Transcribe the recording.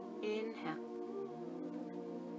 inhale